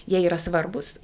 jie yra svarbūs